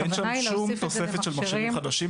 --- אין שם שום תוספת של מכשירים חדשים.